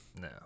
No